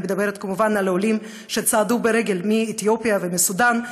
אני מדברת כמובן על העולים שצעדו ברגל מאתיופיה ומסודאן,